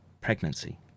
pregnancy